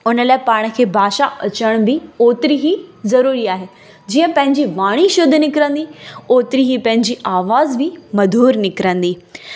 उन लाइ पाण खे भाषा अचनि बि ओतिरी ही ज़रूरी आहे जीअं पंहिंजे वाणी शुरू निकिरंदी ओतिरी ई पंहिंजी आवाज़ बि मधूर निकिरंदी